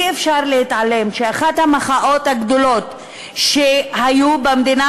אי-אפשר להתעלם מכך שאחת המחאות הגדולות שהיו במדינה